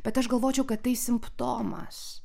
bet aš galvočiau kad tai simptomas